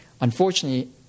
Unfortunately